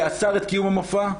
שאסר את קיום המופע.